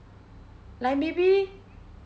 like maybe